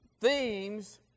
themes